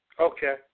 Okay